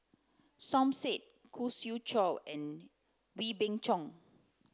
Som Said Khoo Swee Chiow and Wee Beng Chong